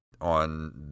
on